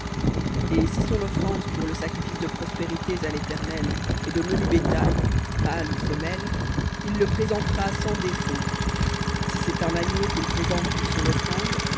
et si son offrande pour le sacrifice de prospérités à l'éternel est de menu bétail mâle ou femelle il le présentera sans défaut si c'est un agneau qu'il présente pour son offrande